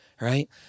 right